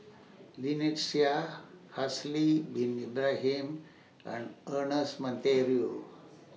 Lynnette Seah Haslir Bin Ibrahim and Ernest Monteiro